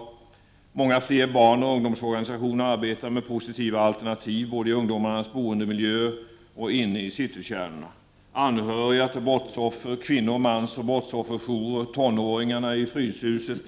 Det finns många fler barnoch ungdomsorganisationer som arbetar med positiva alternativ både i ungdomarnas boendemiljö och inne i citykärnorna. Anhöriga till brottsoffer, kvinno-, mansoch brottsofferjourer, tonåringarna i Fryshuset,